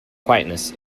quietness